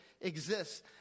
exists